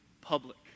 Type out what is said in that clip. public